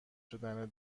شدن